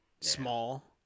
Small